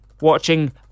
watching